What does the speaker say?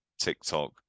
TikTok